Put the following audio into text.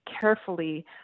carefully